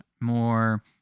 more